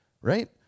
right